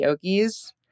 yogis